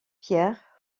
pierre